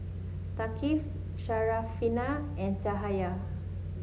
Thaqif Syarafina and Cahaya